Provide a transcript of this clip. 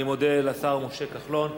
אני מודה לשר משה כחלון.